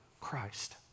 christ